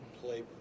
play –